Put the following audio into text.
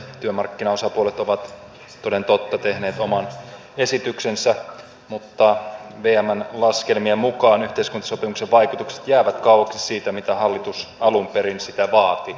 työmarkkinaosapuolet ovat toden totta tehneet oman esityksensä mutta vmn laskelmien mukaan yhteiskuntasopimuksen vaikutukset jäävät kauaksi siitä mitä hallitus alun perin vaati